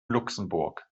luxemburg